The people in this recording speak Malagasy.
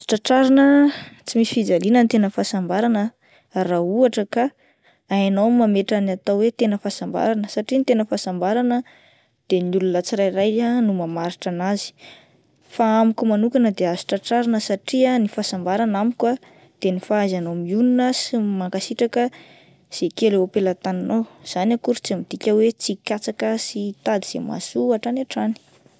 Tratrarina tsy misy fijaliana ny tena fahasambarana ah raha ohatra ka hainao ny mametra ny atao hoe tena fahasambarana satria ny tena fahasambarana dia ny olona tsirairay ah no mamaritra an'azy, fa amiko manokana dia azo tratrarina satria ny fahasambarana amiko ah de ny fahaizanao mihonona sy mankasitraka izay kely eo am-pelatananao ,izany akory tsy midika hoe tsy hikatsaka sy hitady izay mahasoa hatrany hatrany.